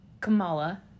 Kamala